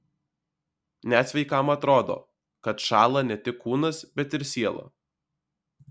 net sveikam atrodo kad šąla ne tik kūnas bet ir siela